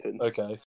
Okay